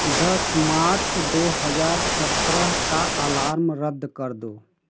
दस मार्च दो हज़ार सत्रह का अलार्म रद्द कर दो